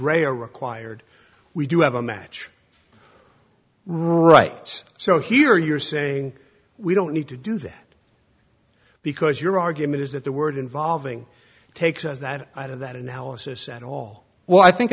rea are required we do have a match right so here you're saying we don't need to do that because your argument is that the word involving takes that out of that analysis and all well i think